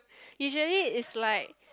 usually is like